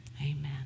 Amen